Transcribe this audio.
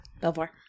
Belvoir